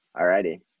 Alrighty